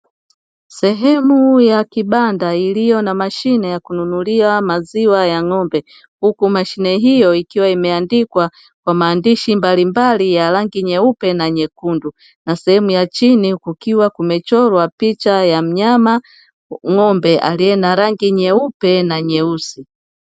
Sehemu ya kibanda iliyo na mashine ya kununulia maziwa ya ng'ombe huku mashine hiyo ikiwa imeandikwa kwa maandishi mbali mbali ya rangi nyeupe na nyekundu na sehemu ya chini kukiwa kumechorwa picha ya mnyama ng'ombe alie na rangi nyeupe na nyeusi.